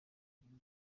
muri